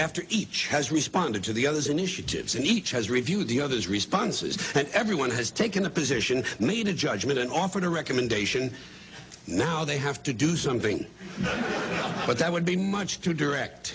after each has responded to the other's initiatives and each has reviewed the other's responses and everyone has taken the position needed judgment and offered a recommendation now they have to do something but that would be much too direct